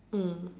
mm